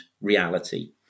reality